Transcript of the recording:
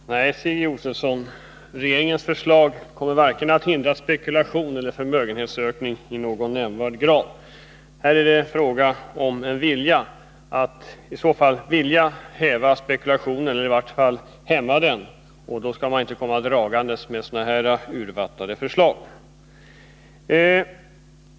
Fru talman! Nej, Stig Josefson, regeringens förslag kommer inte att förhindra vare sig spekulation eller förmögenhetsökning i någon nämnvärd grad. Här är det fråga om en vilja att häva spekulationen, eller i vart fall att hämma den, och då skall man inte komma dragandes med så urvattnade förslag.